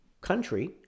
country